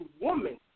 woman